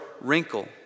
wrinkle